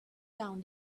down